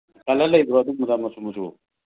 colour ꯂꯩꯕ꯭ꯔꯣ ꯑꯗꯨꯝꯕꯗ ꯃꯆꯨ ꯃꯆꯨ